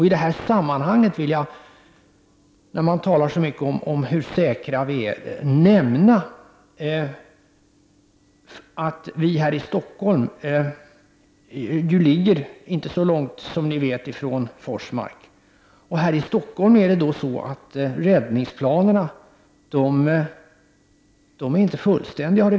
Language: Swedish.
I det här sammanhanget när man talar så mycket om hur säker den svenska kärnkraften är, vill jag nämna att vi här i Stockholm ju inte befinner oss så långt ifrån Forsmark. Här i Stockholm har det visat sig att räddningsplanerna inte är fullständiga.